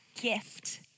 gift